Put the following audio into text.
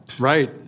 Right